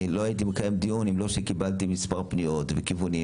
אני לא הייתי מקיים דיון אם לא זה שקיבלתי מספר פניות לכיווני,